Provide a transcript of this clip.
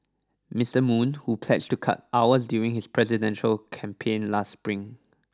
Mister Moon who pledged to cut hours during his presidential campaign last Spring